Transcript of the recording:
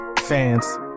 fans